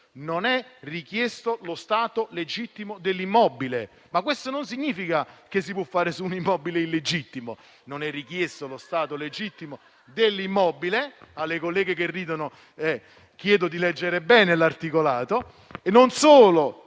non è richiesto lo stato legittimo dell'immobile. Questo non significa che si può fare su un immobile illegittimo; non è richiesto lo stato legittimo dell'immobile e alle colleghe che ridono chiedo di leggere bene l'articolato. Bisogna solo